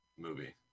movie